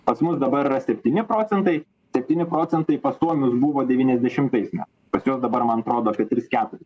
pas mus dabar yra septyni procentai septyni procentai pas suomius buvo devyniasdešimtais metais pas juos dabar man atrodo apie tris keturis